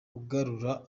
ugarura